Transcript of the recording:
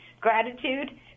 gratitude